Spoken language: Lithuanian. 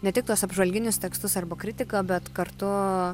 ne tik tuos apžvalginius tekstus arba kritiką bet kartu